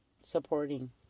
supporting